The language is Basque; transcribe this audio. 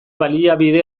baliabide